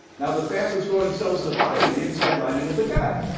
now, the fastest growing cells in the body are the inside lining of the gut.